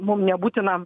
mum nebūtina